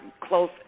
close